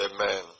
Amen